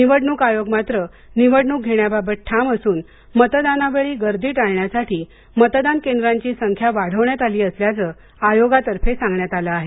निवडणूक आयोग मात्र निवडणूक घेण्याबाबत ठाम असून मतदानावेळी गर्दी टाळण्यासाठी मतदान केंद्रांची संख्या वाढवण्यात आली असल्याचं आयोगातर्फे सांगण्यात आलं आहे